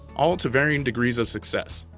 all to varying degrees of success.